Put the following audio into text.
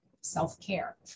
self-care